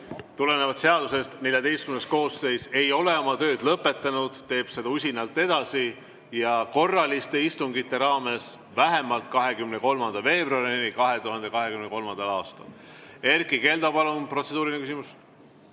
Tulenevalt seadusest XIV koosseis ei ole oma tööd lõpetanud, teeb seda usinalt edasi korraliste istungite raames vähemalt 23. veebruarini 2023. aastal. Erkki Keldo, palun, protseduuriline küsimus!